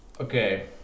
okay